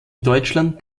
deutschland